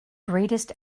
greatest